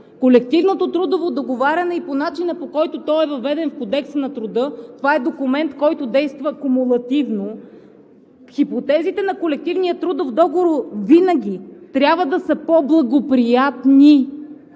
Колективното трудово договаряне по начина, по който то е въведено в Кодекса на труда, това е документ, който действа кумулативно, хипотезите на Колективния трудов договор винаги трябва да са „по-благоприятни“!